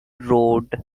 road